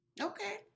okay